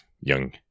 young